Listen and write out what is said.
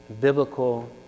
biblical